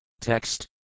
Text